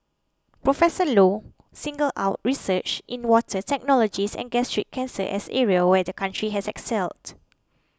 Professor Low singled out research in water technologies and gastric cancer as areas where the country had excelled